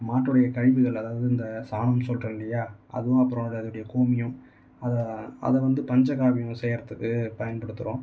மாட்டுடைய கழிவுகள் அதாவது இந்த சாணம்னு சொல்கிறோல்லையா அதுவும் அப்புறம் அது அதோனுடைய கோமியம் அதை அதை வந்து பஞ்சகவ்வியங்கள் செய்கிறதுக்கு பயன்படுத்துகிறோம்